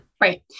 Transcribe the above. Right